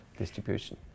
distribution